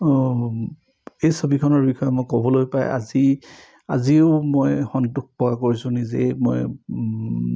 এই ছবিখনৰ বিষয়ে মই ক'বলৈ পাই আজি আজিও মই সন্তোষ প্ৰকাশ কৰিছোঁ নিজেই মই